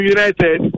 United